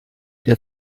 der